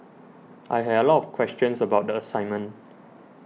I had a lot of questions about the assignment